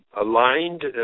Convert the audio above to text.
aligned